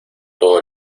todo